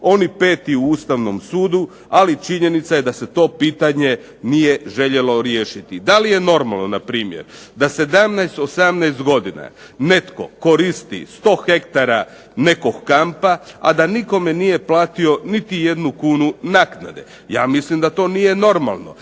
oni peti u Ustavnom sudu, ali činjenica je da se to pitanje nije željelo riješiti. Da li je normalno npr. da 17, 18 godina netko koristi 100 hektara nekog kampa, a da nikome nije platio niti jednu kunu naknade. Ja mislim da to nije normalno,